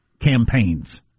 campaigns